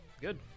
good